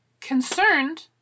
concerned